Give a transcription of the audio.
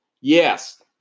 Yes